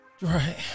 Right